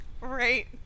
Right